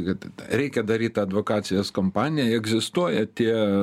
kad reikia daryt advokacijos kampaniją egzistuoja tie